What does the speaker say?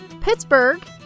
Pittsburgh